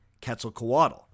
Quetzalcoatl